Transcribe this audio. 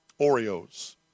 Oreos